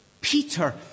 Peter